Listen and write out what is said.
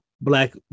black